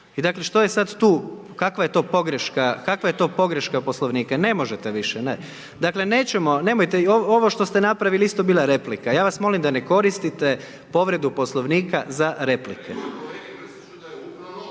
I dakle što je sad tu, kakva je to pogreška Poslovnika? …/Upadica sa strane, ne razumije se./… Ne možete više, ne. Dakle nećemo, nemojte, ovo što ste napravili isto bila je replika. Ja vas molim da ne koristite povredu Poslovnika za replike.